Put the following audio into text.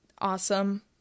Awesome